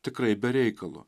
tikrai be reikalo